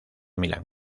milán